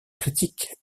critique